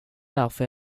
därför